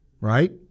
right